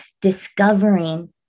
discovering